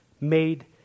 made